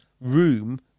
room